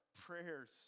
prayers